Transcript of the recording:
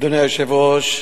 אדוני היושב-ראש,